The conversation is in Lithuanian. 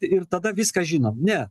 ir tada viską žinom ne